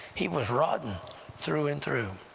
he was rotten through and through.